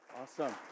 Awesome